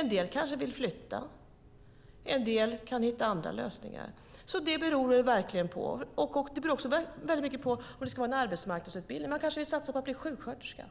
Andra kanske vill flytta. Åter andra kan hitta andra lösningar. Det beror alltså verkligen på. Det beror också på om det ska vara en arbetsmarknadsutbildning. Man kanske vill satsa på att bli sjuksköterska.